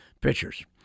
pitchers